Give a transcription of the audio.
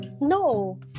No